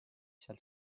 sealt